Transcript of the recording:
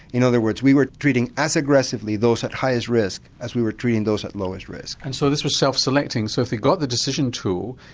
in other words we were treating as aggressively those at highest risk as we were treating those at lowest risk. and so this was self selecting so if you got the decision tool,